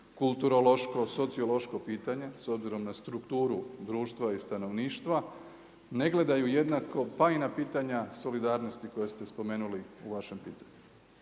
kulturološko, sociološko pitanje, s obzirom na strukturu društva i stanovništva ne gledaju jednako pa i na pitanja solidarnosti koje ste spomenuli u vašem pitanju.